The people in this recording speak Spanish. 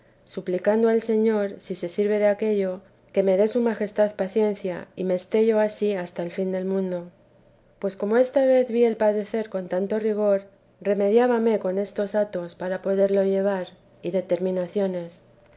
suplicando al señor si se sirve de aquello que me dé su majestad paciencia y me esté yo ansí hasta el fin del mundo pues como esta vez vi el padecer con tanto rigor